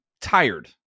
tired